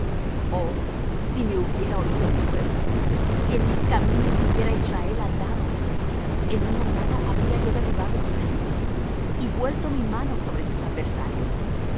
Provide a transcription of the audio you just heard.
oh si me hubiera oído mi pueblo si en mis caminos hubiera israel andado en una nada habría yo derribado sus enemigos y vuelto mi mano sobre sus adversarios